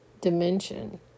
dimension